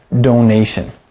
Donation